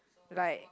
like